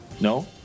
No